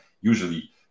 usually